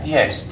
Yes